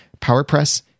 PowerPress